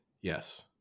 yes